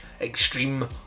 extreme